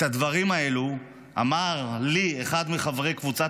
את הדברים האלו אמר לי אחד מחברי קבוצת